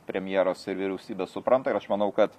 premjeras ir vyriausybė supranta ir aš manau kad